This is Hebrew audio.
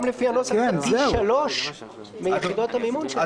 לפי הנוסח פי שלוש מיחידות המימון שלה.